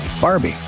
Barbie